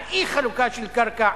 על אי-חלוקה של קרקע